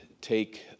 take